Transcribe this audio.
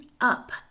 up